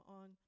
on